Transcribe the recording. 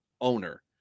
owner